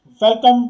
welcome